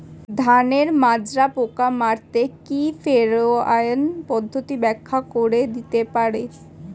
ধানের মাজরা পোকা মারতে কি ফেরোয়ান পদ্ধতি ব্যাখ্যা করে দিতে পারে?